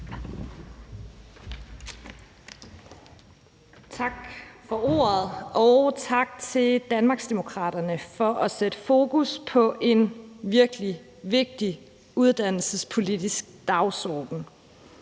Tak for ordet. Og tak til Danmarksdemokraterne for at sætte fokus på en virkelig vigtig uddannelsespolitisk dagsorden.